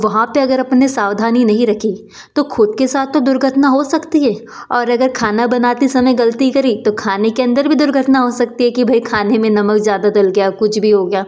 वहाँ पर अगर अपन ने सावधानी नहीं रखी तो ख़ुद के साथ तो दुर्घटना हो सकती है और अगर खाना बनाते समय गलती करी तो खाने के अंदर भी दुर्घटना हो सकती है कि भाई खाने में नमक ज़्यादा डल गया कुछ भी हो गया